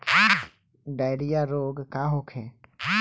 Diarrhoea रोग का होखे?